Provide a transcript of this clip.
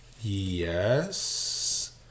Yes